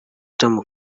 tom